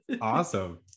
awesome